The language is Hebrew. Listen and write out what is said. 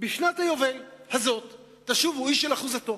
בשנת היובל הזאת תשובו איש אל אחוזתו,